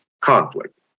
conflict